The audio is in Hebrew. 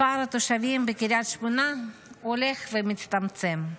מספר התושבים בקריית שמונה הולך ומצטמצם.